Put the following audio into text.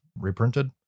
reprinted